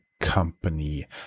company